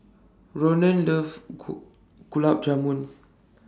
Ronan loves Gulab Jamun